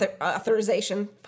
authorization